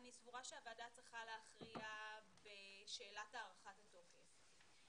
אני סבורה שהוועדה צריכה להכריע בשאלת הארכת התוקף.